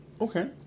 Okay